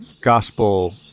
gospel